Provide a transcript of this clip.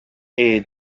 est